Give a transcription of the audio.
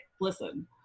listen